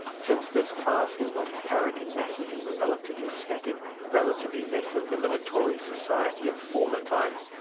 since this class was not apparent in masses in the relatively static, relatively less eliminatory, society of former times,